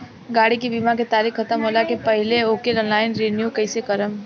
गाड़ी के बीमा के तारीक ख़तम होला के पहिले ओके ऑनलाइन रिन्यू कईसे करेम?